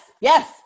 Yes